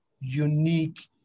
unique